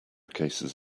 cases